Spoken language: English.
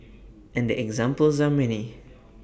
and the examples are many